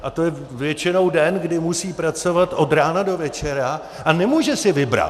A to je většinou den, kdy musí pracovat od rána do večera a nemůže si vybrat.